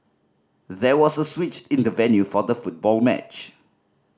there was a switch in the venue for the football match